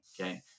okay